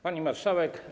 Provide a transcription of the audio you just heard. Pani Marszałek!